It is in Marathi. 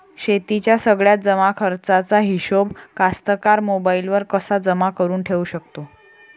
शेतीच्या सगळ्या जमाखर्चाचा हिशोब कास्तकार मोबाईलवर कसा जमा करुन ठेऊ शकते?